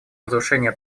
разрушения